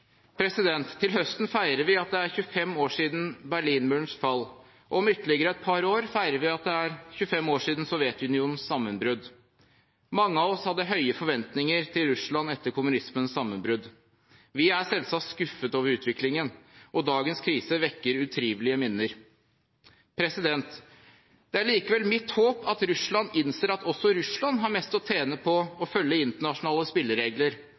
Til høsten feirer vi at det er 25 år siden Berlinmurens fall, og om ytterligere et par år feirer vi at det er 25 år siden Sovjetunionens sammenbrudd. Mange av oss hadde høye forventninger til Russland etter kommunismens sammenbrudd. Vi er selvsagt skuffet over utviklingen, og dagens krise vekker utrivelige minner. Det er likevel mitt håp at Russland innser at også Russland har mest å tjene på å følge internasjonale spilleregler